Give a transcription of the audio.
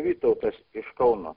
vytautas iš kauno